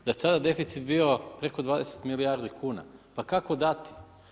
Da je taj deficit bio preko 20 milijardi kuna, pa kako dati?